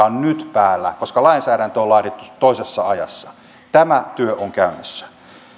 ovat nyt päällä koska lainsäädäntö on laadittu toisessa ajassa tämä työ on käynnissä